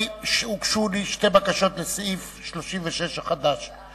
הוגשו לי שתי בקשות לפי סעיף 34 החדש,